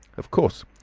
of course,